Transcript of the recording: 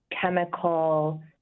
chemical